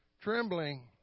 trembling